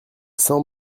cent